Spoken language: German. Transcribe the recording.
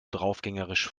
draufgängerisch